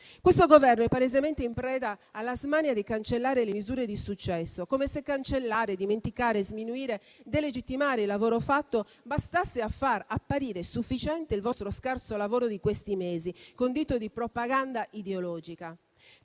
Questo Governo è palesemente in preda alla smania di cancellare le misure di successo. Come se cancellare, dimenticare, sminuire e delegittimare il lavoro fatto bastasse a far apparire sufficiente il vostro scarso lavoro di questi mesi, condito di propaganda ideologica.